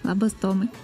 labas tomai